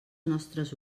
nostres